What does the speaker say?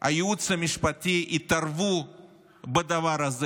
הייעוץ המשפטי יתערבו בדבר הזה,